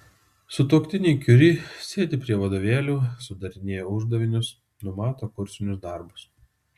sutuoktiniai kiuri sėdi prie vadovėlių sudarinėja uždavinius numato kursinius darbus